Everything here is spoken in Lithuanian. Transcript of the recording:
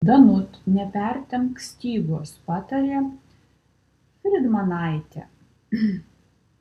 danut nepertempk stygos patarė fridmanaitė